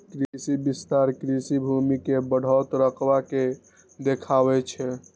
कृषि विस्तार कृषि भूमि के बढ़ैत रकबा के देखाबै छै